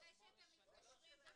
אחרי שאתם מתקשרים?